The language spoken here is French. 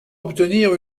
obtenir